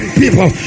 people